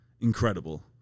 incredible